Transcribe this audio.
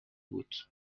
بود